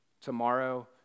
tomorrow